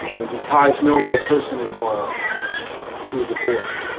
when he ties no real person involved to the boy.